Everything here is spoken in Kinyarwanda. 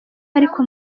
ariko